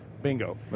bingo